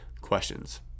questions